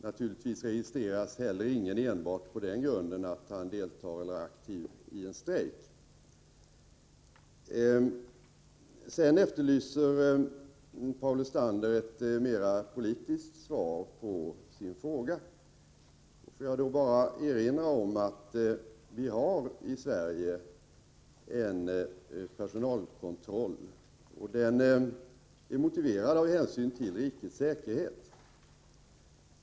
Naturligtvis registreras heller ingen enbart på den grunden att han deltar eller är aktiv i en strejk. Sedan efterlyser Paul Lestander ett mera politiskt svar på sin fråga. Låt mig då bara erinra om att vi har i Sverige en personalkontroll som är motiverad av hänsyn till rikets säkerhet.